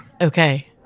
Okay